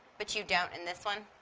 but you don't in this one.